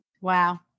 Wow